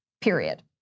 period